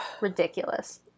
Ridiculous